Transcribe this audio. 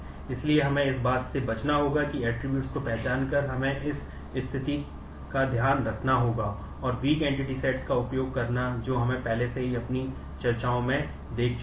इसलिए हमें इस बात से बचना होगा कि ऐट्रिब्यूट्स का उपयोग करना जो हम पहले से ही अपनी चर्चाओं में देख चुके हैं